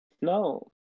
No